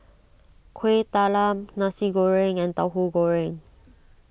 Kueh Talam Nasi Goreng and Tahu Goreng